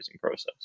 process